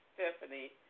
Stephanie